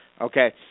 Okay